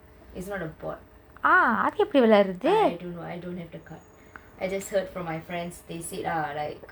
ah அது எப்டி வெலயாடுரது:athu epdi velayadurathu